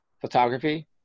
Photography